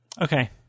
Okay